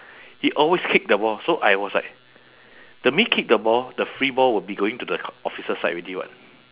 he always kick the ball so I was like the minute kick the ball the free ball will be going to the officer side already [what]